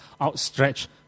outstretched